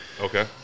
Okay